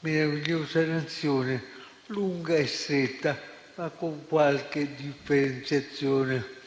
meravigliosa Nazione, lunga e stretta, ma con qualche differenziazione